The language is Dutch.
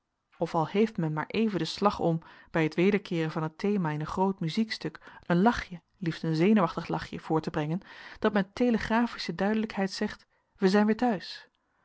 of al heeft men maar even den slag om bij het wederkeeren van het thema in een groot muziekstuk een lachje liefst een zenuwachtig lachje voort te brengen dat met telegraphische duidelijkheid zegt we zijn weer thuis